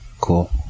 cool